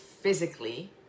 physically